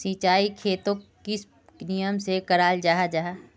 सिंचाई खेतोक किस नियम से कराल जाहा जाहा?